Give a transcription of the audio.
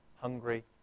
hungry